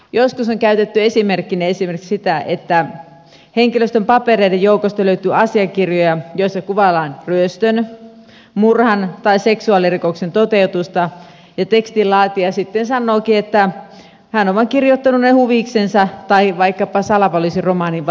joskus on käytetty esimerkkinä sitä että henkilöstön papereiden joukosta löytyy asiakirjoja joissa kuvaillaan ryöstön murhan tai seksuaalirikoksen toteutusta ja tekstin laatija sitten sanookin että hän on vain kirjoittanut ne huviksensa tai vaikkapa salapoliisiromaanin valmistelua varten